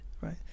right